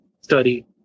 study